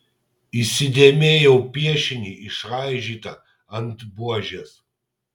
įsidėmėjau piešinį išraižytą ant buožės